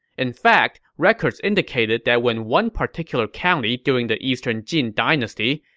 in fact, records indicated that when one particular county during the eastern jin dynasty,